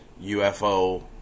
UFO